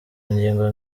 ngingo